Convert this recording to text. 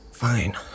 Fine